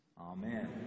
Amen